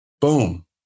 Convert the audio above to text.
Boom